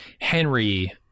henry